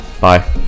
Bye